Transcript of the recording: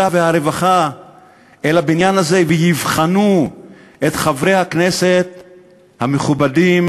והרווחה אל הבניין הזה ויבחנו את חברי הכנסת המכובדים,